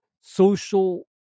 social